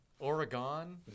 Oregon